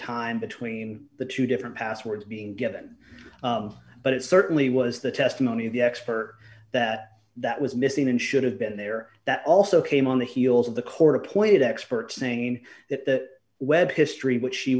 time between the two different passwords being given but it certainly was the testimony of the expert that that was missing and should have been there that also came on the heels of the court appointed experts saying that web history which she